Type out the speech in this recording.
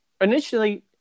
Initially